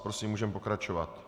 Prosím, můžeme pokračovat.